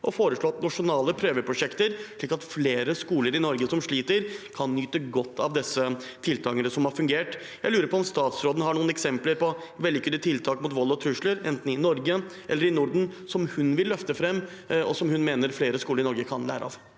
har foreslått nasjonale prøveprosjekter, slik at flere skoler i Norge som sliter, kan nyte godt av disse tiltakene som har fungert. Jeg lurer på om statsråden har noen eksempler på vellykkede tiltak mot vold og trusler, enten fra Norge eller fra Norden, som hun vil løfte fram, og som hun mener flere skoler i Norge kan lære av.